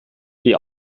die